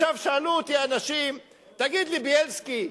שאלו אותי אנשים: תגיד לי, בילסקי,